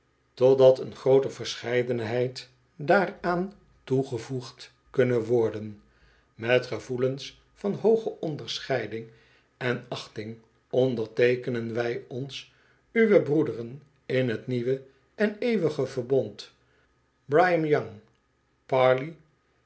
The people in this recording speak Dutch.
totdat een grooter verscheidenheid daaraan toegevoegd kunne worden met gevoelens van hooge onderscheiding en achting onderteekenen wij ons uwe broederen in t nieuwe en eeuwige verbond brigham